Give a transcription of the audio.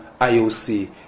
IOC